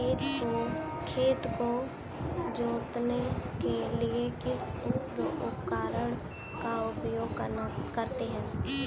खेत को जोतने के लिए किस उपकरण का उपयोग करते हैं?